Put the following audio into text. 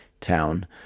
town